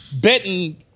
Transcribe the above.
betting